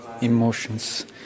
emotions